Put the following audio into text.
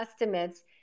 estimates